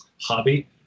hobby